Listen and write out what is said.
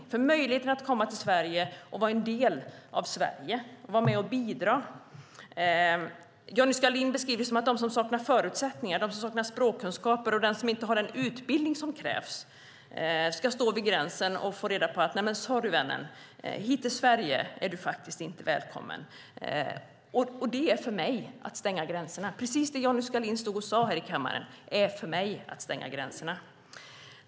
Det handlar om möjligheten att komma till Sverige och vara en del av Sverige - att vara med och bidra. Johnny Skalin beskriver det som att de som saknar förutsättningar, språkkunskaper eller den utbildning som krävs ska stå vid gränsen och få beskedet: Sorry, vännen, hit till Sverige är du faktiskt inte välkommen! Det Johnny Skalin beskrev här i kammaren är för mig att stänga gränserna.